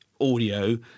audio